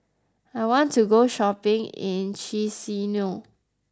I want to go shopping in Chisinau